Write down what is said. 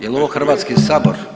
Jel ovo Hrvatski sabor?